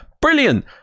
Brilliant